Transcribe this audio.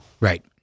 Right